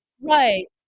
right